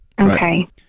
Okay